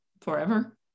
forever